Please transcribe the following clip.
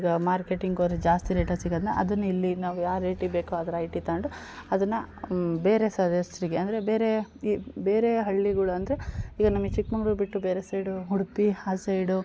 ಈಗ ಮಾರ್ಕೆಟಿಂಗ್ ಹೋದರೆ ಜಾಸ್ತಿ ರೇಟಲ್ಲಿ ಸಿಗೋದ್ನ ಅದನ್ನ ಇಲ್ಲಿ ನಾವು ಯಾವ ರೇಟಿಗೆ ಬೇಕೋ ಅದ್ರ ರೈಟಿಗೆ ತಗೊಂಡು ಅದನ್ನು ಬೇರೆ ಸದಸ್ಯರಿಗೆ ಅಂದರೆ ಬೇರೆ ಈ ಬೇರೆ ಹಳ್ಳಿಗಳು ಅಂದರೆ ಈಗ ನಮಗೆ ಚಿಕ್ಕಮಂಗ್ಳೂರು ಬಿಟ್ಟು ಬೇರೆ ಸೈಡು ಉಡುಪಿ ಆ ಸೈಡು